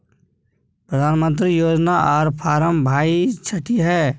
प्रधानमंत्री योजना आर फारम भाई छठी है?